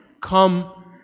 Come